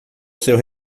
seu